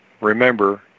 remember